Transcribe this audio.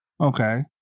Okay